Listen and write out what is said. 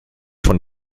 von